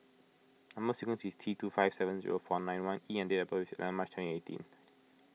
Number Sequence is T two five seven zero four nine one E and date of birth is eleven March twenty eighteen